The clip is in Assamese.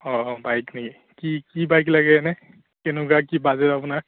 অঁ অঁ বাইক নেকি কি কি বাইক লাগে এনেই কেনেকুৱা কি বাজেট আপোনাৰ